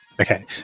Okay